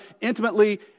intimately